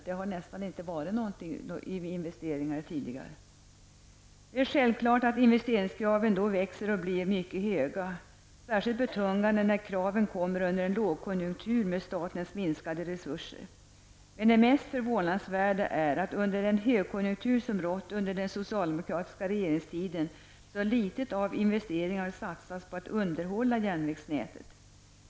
Det har nästan inte förekommit några investeringar tidigare. Det är självklart att investeringskraven då växer och blir mycket höga, och särskilt betungande när kraven kommer under en lågkonjunktur, då staten har minskade resurser. Det mest förvånandsvärda är emellertid att under den högkonjunktur som har rått under den socialdemokratiska regeringstiden, så litet av investeringar har satsats på att underhålla järnvägsnätet.